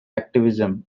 activism